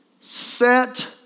Set